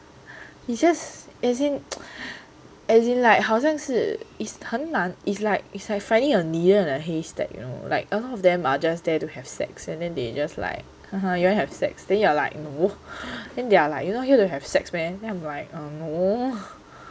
it's just as in as in like 好像是 is 很难 it's like it's like finding a needle in a haystack you know like a lot of them are just there to have sex and then they just like haha you wanna have sex then you are like no then they are like you not here to have sex meh then I'm like um no